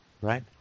right